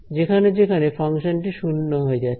যেখানে যেখানে ফাংশনটি শূন্য হয়ে যাচ্ছে